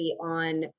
on